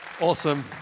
Awesome